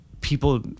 people